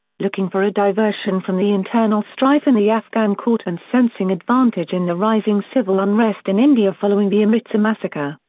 looking for a diversion from the internal strife in the afghan court and sensing advantage in the rising civil unrest in india following the amritsar massacre,